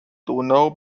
donau